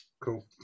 cool